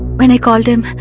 when i called him,